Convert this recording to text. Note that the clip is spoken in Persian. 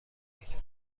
قیمت